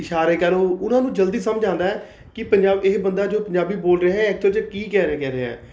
ਇਸ਼ਾਰੇ ਕਹਿ ਲਉ ਉਨ੍ਹਾਂ ਨੂੰ ਜਲਦੀ ਸਮਝ ਆਉਂਦਾ ਹੈ ਕਿ ਪੰਜਾ ਇਹ ਬੰਦਾ ਜੋ ਪੰਜਾਬੀ ਬੋਲ ਰਿਹਾ ਹੈ ਐਕਚੂਅਲ 'ਚ ਇਹ ਕੀ ਕਹਿ ਰੇ ਕਹਿ ਰਿਹਾ